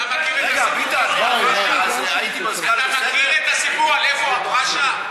אתה מכיר את הסיפור על איפה אברשה?